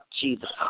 Jesus